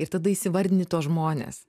ir tada įsivardini tuos žmones